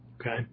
okay